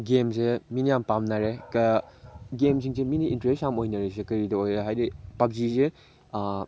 ꯒꯦꯝꯁꯦ ꯃꯤꯅ ꯌꯥꯝ ꯄꯥꯝꯅꯔꯦ ꯒꯦꯝꯁꯤꯡꯁꯦ ꯃꯤꯅ ꯏꯟꯇꯔꯦꯁ ꯌꯥꯝ ꯑꯣꯏꯅꯔꯤꯁꯦ ꯀꯔꯤꯗ ꯑꯣꯏꯔꯦ ꯍꯥꯏꯗꯤ ꯄꯞꯖꯤꯁꯦ